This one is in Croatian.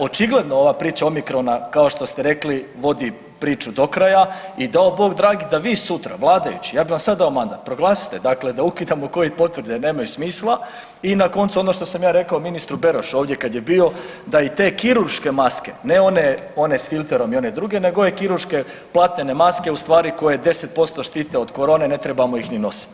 Očigledno ova priča omikrona kao što ste rekli vodi priču do kraja i dao Bog dragi da vi sutra, vladajući, ja bi vam sad dao mandat proglasite dakle da ukidamo Covid potvrde jer nemaju smisla i na koncu ono što sam ja rekao ministru Berošu ovdje kad je bio da i te kirurške maske, ne one, one s filterom i one druge nego ove kirurške platnene maske koje ustvari 10% štite od korone, ne trebamo ih ni nositi.